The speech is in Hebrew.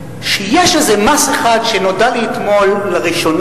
שיש איזה מס אחד שנודע לי עליו אתמול לראשונה: